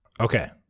Okay